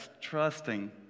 trusting